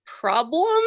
problem